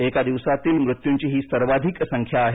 एका दिवसातील मृत्युंची ही सर्वाधिक संख्या आहे